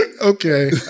Okay